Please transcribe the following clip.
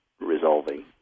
resolving